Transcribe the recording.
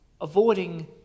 avoiding